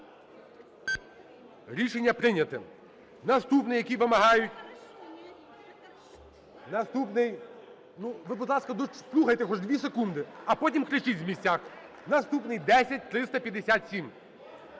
Рішення прийнято. Наступний, який вимагають… Наступний… Ви, будь ласка, дослухайте хоч дві секунди, а потім кричіть з місць. Наступний – 10357.